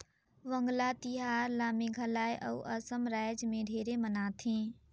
वांगला तिहार ल मेघालय अउ असम रायज मे ढेरे मनाथे